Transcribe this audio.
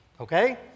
Okay